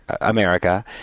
America